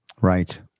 Right